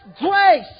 grace